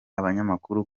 abanyamakuru